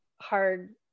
hard